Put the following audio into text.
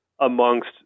amongst